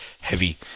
heavy